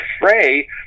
fray